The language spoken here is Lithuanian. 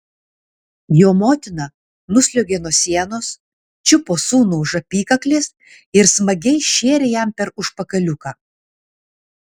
jo motina nusliuogė nuo sienos čiupo sūnų už apykaklės ir smagiai šėrė jam per užpakaliuką